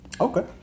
Okay